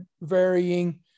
varying